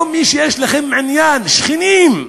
או מי שיש לכם עניין, שכנים?